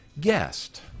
guest